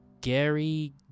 Gary